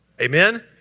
Amen